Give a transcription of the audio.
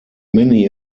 many